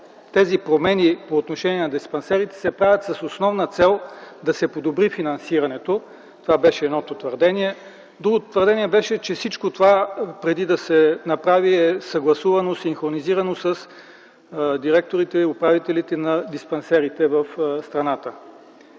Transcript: тези промени по отношение на диспансерите се правят с основна цел да се подобри финансирането. Това беше едното твърдение. Другото твърдение беше, че всичко това, преди да се направи, е съгласувано, синхронизирано с директорите, управителите на диспансерите в страната.